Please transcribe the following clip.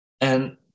And-